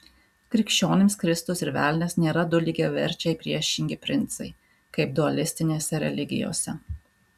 krikščionims kristus ir velnias nėra du lygiaverčiai priešingi princai kaip dualistinėse religijose